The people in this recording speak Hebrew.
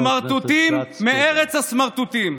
סמרטוטים מארץ הסמרטוטים.